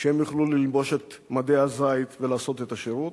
שהם יוכלו ללבוש את מדי הזית ולעשות את השירות,